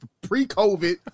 pre-COVID